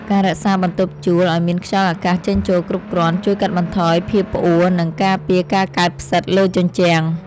ការរក្សាបន្ទប់ជួលឱ្យមានខ្យល់អាកាសចេញចូលគ្រប់គ្រាន់ជួយកាត់បន្ថយភាពផ្អួរនិងការពារការកើតផ្សិតលើជញ្ជាំង។